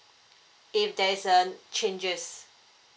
if there is a changes